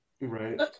Right